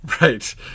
Right